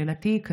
שאלתי היא כזאת: